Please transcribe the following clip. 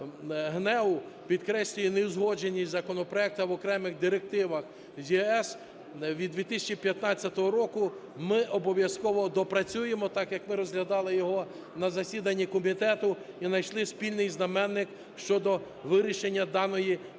ГНЕУ підкреслює неузгодженість законопроекту в окремих директивах ЄС від 2015 року. Ми обов'язкового доопрацюємо, так як ми розглядали його на засіданні комітету і знайшли спільний знаменник щодо вирішення даної